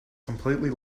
completely